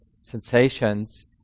sensations